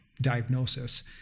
diagnosis